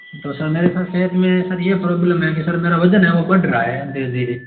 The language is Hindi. तो सर मेरे सर सेहत में सर ये प्रॉब्लम है कि सर मेरा वज़न है वो बढ़ रहा है धीरे धीरे